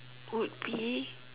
would be